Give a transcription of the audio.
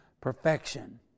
perfection